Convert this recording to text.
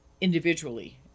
individually